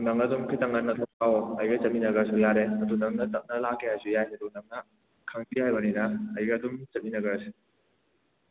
ꯅꯪ ꯑꯗꯨꯝ ꯈꯤꯇꯪ ꯉꯟꯅ ꯊꯣꯛꯂꯛꯑꯣ ꯑꯩꯒ ꯆꯠꯃꯤꯟꯅꯈ꯭ꯔꯁ ꯨ ꯌꯥꯔꯦ ꯑꯗꯨ ꯅꯪꯅ ꯇꯞꯅ ꯂꯥꯛꯀꯦ ꯍꯥꯏꯔꯁꯨ ꯌꯥꯏ ꯑꯗꯨ ꯅꯪꯅ ꯈꯪꯗꯦ ꯍꯥꯏꯕꯅꯤꯅ ꯑꯩꯒ ꯑꯗꯨꯝ ꯆꯠꯃꯤꯟꯅꯈ꯭ꯔꯁꯦ